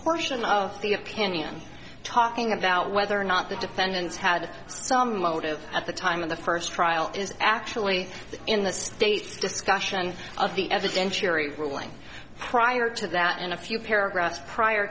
portion of the opinion talking about whether or not the defendants had some motive at the time of the first trial is actually in the state's discussion of the evidence and cheery ruling prior to that in a few paragraphs prior